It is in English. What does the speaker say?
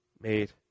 made